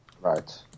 Right